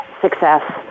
success